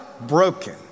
Broken